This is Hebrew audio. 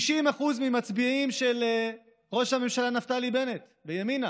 90% מהמצביעים של ראש הממשלה נפתלי בנט וימינה